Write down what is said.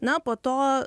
na po to